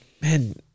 man